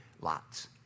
Lots